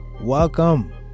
Welcome